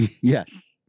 Yes